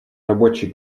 рабочей